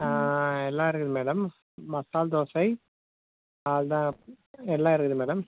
எல்லாம் இருக்குது மேடம் மசால் தோசை அவ்வளோ தான் எல்லாம் இருக்குது மேடம்